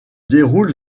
déroule